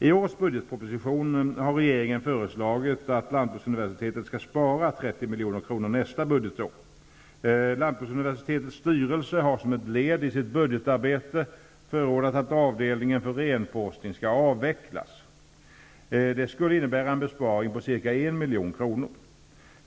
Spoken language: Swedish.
I årets budgetproposition har regeringen föreslagit att lantbruksuniversitetet skall spara 30 milj.kr. nästa budgetår. Lantbruksuniversitetets styrelse har som ett led i sitt budgetarbete förordat att avdelningen för renforskning skall avvecklas. Det skulle innebära en besparing på ca 1 milj.kr.